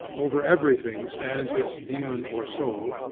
over everything stands its daemon or soul,